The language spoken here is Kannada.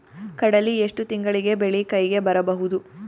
ಕಡಲಿ ಎಷ್ಟು ತಿಂಗಳಿಗೆ ಬೆಳೆ ಕೈಗೆ ಬರಬಹುದು?